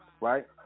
right